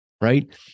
Right